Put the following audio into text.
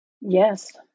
Yes